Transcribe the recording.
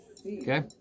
Okay